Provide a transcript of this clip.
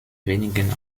wenigen